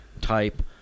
type